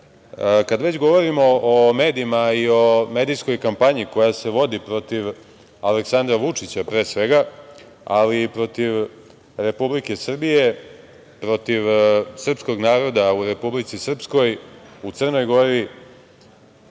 već govorimo o medijima i o medijskoj kampanji koja se vodi protiv Aleksandra Vučića, pre svega, ali i protiv Republike Srbije, protiv srpskog naroda u Republici Srpskoj, u Crnoj Gori,